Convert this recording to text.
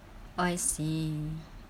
oh I see